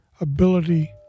ability